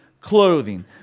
clothing